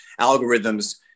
algorithms